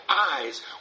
eyes